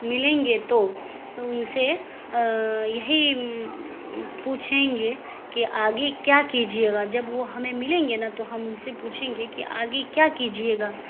ملیں گے تو ان سے یہی پوچھیں گے کہ آگے کیا کیجیے گا جب وہ ہمیں ملیں گے نا تو ہم ان سے پوچھیں گے کہ آگے کیا کیجیے گا